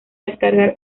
descargar